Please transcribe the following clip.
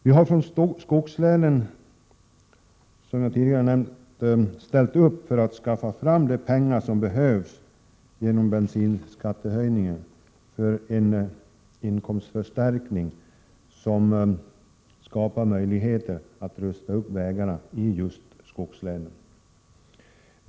Som jag tidigare nämnt har vi från skogslänen ställt upp för att skaffa fram de pengar som behövs — genom bensinskattehöjningen — för en inkomstförstärkning som skapar möjligheter att rusta upp vägarna i just skogslänen.